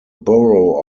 borough